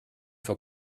for